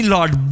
Lord